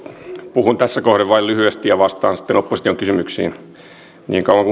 puhun tässä kohden vain lyhyesti ja vastaan sitten opposition kysymyksiin niin kauan